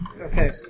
Okay